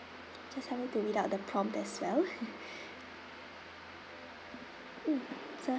just help me to read out the prompt as well mm so